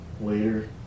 later